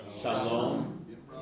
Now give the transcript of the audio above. Shalom